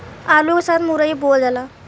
आलू के साथ मुरई बोअल जाला